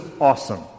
awesome